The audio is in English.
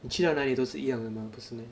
你去到哪里都是一样的 mah